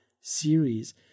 series